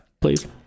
please